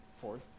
fourth